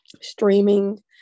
streaming